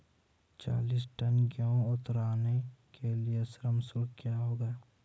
चालीस टन गेहूँ उतारने के लिए श्रम शुल्क क्या होगा?